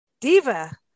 Diva